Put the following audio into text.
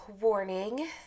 warning